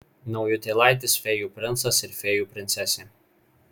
naujutėlaitis fėjų princas ir fėjų princesė